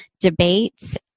debates